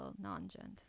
non-gent